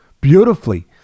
beautifully